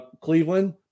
Cleveland